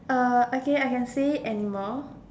uh okay I can say animal